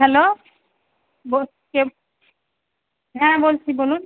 hello বো কে হ্যাঁ বলছি বলুন